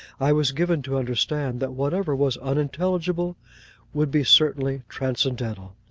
i was given to understand that whatever was unintelligible would be certainly transcendental.